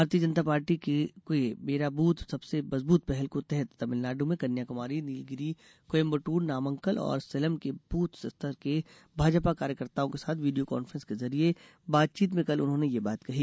भारतीय जनता पार्टी के मेरा बूथ सबसे मजबूत पहल के तहत तमिलनाडु में कन्याकुमारी नीलगिरि कोयम्बटूर नामक्कल और सेलम के बूथ स्तर के भाजपा कार्यकर्ताओं के साथ वीडियो कॉन्फ्रेंस के जरिए बातचीत में कल उन्होंने यह बात कही